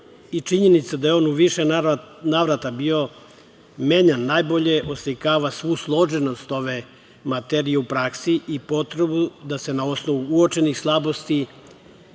i činjenica je da je on u više navrata bio menjan najbolje oslikava svu složenost ove materije u praksi i potrebu da se na osnovu uočenih slabosti